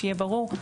שיהיה ברור,